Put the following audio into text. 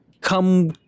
come